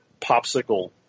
popsicle